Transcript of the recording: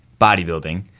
bodybuilding